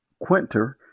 Quinter